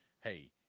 hey